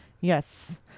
Yes